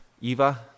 Eva